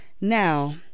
now